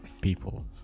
people